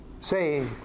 Say